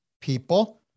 people